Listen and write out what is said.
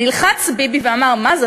נלחץ ביבי ואמר: מה זה?